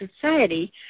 society